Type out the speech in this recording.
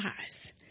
eyes